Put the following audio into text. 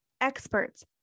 experts